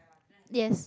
yes